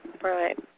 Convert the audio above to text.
Right